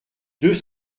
deux